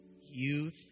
Youth